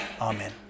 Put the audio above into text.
Amen